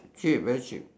K very cheap